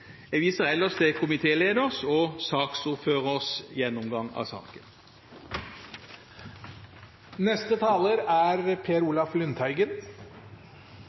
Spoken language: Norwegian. Jeg viser ellers til komitélederens og saksordførerens gjennomgang av saken.